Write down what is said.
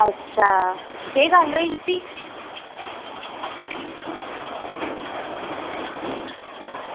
अच्छा केह् गल्ल होई उसी